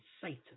Satan